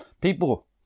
People